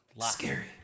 scary